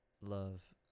love